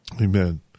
Amen